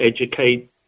educate